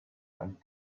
and